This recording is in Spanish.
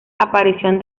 aparición